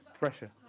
Pressure